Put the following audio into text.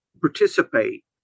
participate